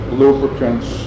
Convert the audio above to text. lubricants